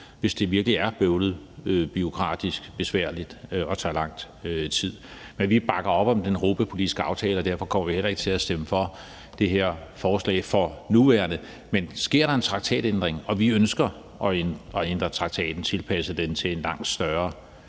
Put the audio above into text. hvis det virkelig er bøvlet, bureaukratisk og besværligt og tager lang tid. Men vi bakker op om den europapolitiske aftale, og derfor kommer vi heller ikke til at stemme for det her forslag for nuværende. Men sker der en traktatændring – og vi ønsker at ændre traktaten, tilpasse den til en langt større